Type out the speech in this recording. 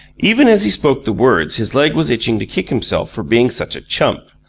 even as he spoke the words his leg was itching to kick himself for being such a chump,